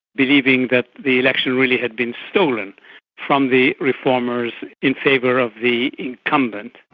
believing that the election really had been stolen from the reformers in favour of the incumbent.